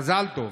מזל טוב.